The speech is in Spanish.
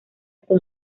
con